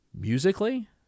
musically